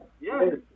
yes